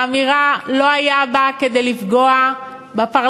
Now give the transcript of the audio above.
האמירה לא היה בה כדי לפגוע בפרלמנט.